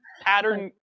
pattern